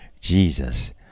Jesus